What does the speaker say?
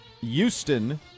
houston